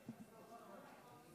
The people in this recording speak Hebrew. אדוני היושב-ראש, חבריי חברי הכנסת,